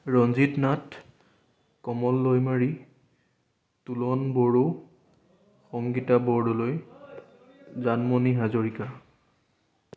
Ranjit Nath Kamal Daimary Tolan Boro Sangeeta Bordoloi Janmoni Hazarika